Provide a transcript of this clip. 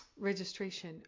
registration